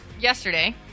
Yesterday